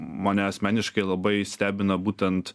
mane asmeniškai labai stebina būtent